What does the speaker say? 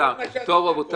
הכול.